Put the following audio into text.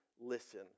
listen